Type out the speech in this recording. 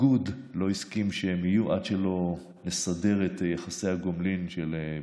שהאיגוד לא הסכים שהם יהיו עד שלא נסדר את יחסי הגומלין של,